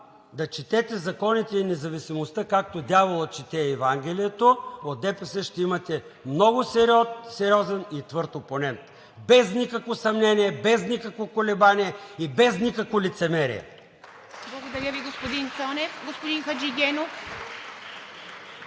да четете законите и независимостта, както дяволът чете Евангелието, от ДПС ще имате много сериозен и твърд опонент без никакво съмнение, без никакво колебание и без никакво лицемерие. (Ръкопляскания от ДПС.) ПРЕДСЕДАТЕЛ